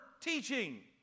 teaching